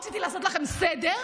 רציתי לעשות לכם סדר,